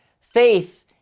faith